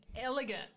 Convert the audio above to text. elegant